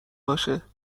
باشه